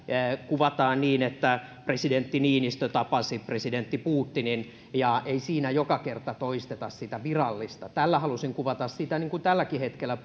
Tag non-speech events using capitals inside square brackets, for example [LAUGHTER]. kuvataan niin että presidentti niinistö tapasi presidentti putinin ja ei siinä joka kerta toisteta sitä virallista muotoa tällä halusin kuvata sitä että puhutaan niin kuin tälläkin hetkellä [UNINTELLIGIBLE]